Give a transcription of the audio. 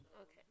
Okay